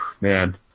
man